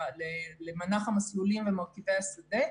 למנח המסלולים ומרכיבי השדה.